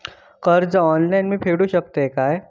कर्ज ऑनलाइन मी फेडूक शकतय काय?